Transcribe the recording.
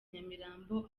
nyamirambo